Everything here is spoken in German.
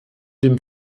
dem